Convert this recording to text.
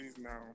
now